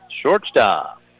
shortstop